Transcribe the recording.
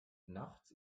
nachts